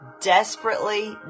desperately